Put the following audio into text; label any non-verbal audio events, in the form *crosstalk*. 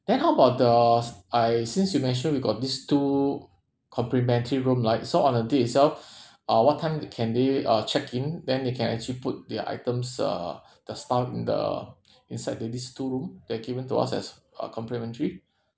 then how about the s~ uh since you mentioned we got these two complimentary room right so on the day itself *breath* uh what time can they uh check in then they can actually put their items uh *breath* the stuff in the *breath* inside the these two room that given to us as uh complimentary